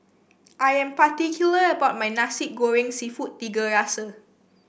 I am particular about my Nasi Goreng seafood Tiga Rasa